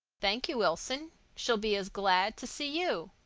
thank you, wilson. she'll be as glad to see you.